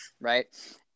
right